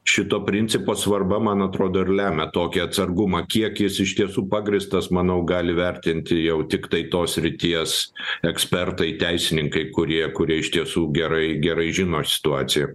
šito principo svarba man atrodo ir lemia tokį atsargumą kiek jis iš tiesų pagrįstas manau gali vertinti jau tiktai tos srities ekspertai teisininkai kurie kurie iš tiesų gerai gerai žino situaciją